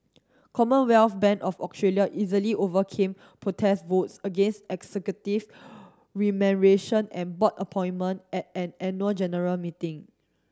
Commonwealth Bank of Australia easily overcame protest votes against executive remuneration and board appointment at an annual general meeting